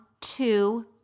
two